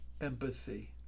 empathy